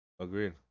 Agreed